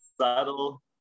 subtle